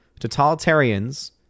totalitarians